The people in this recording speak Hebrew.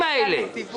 זה מעבר לעלויות המכרז.